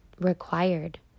required